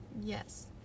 Yes